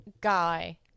guy